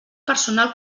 personal